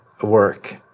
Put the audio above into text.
work